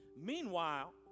Meanwhile